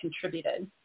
contributed